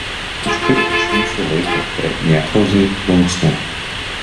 iš kur aš imsiu laiko tai niektauzai plunksnai